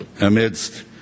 amidst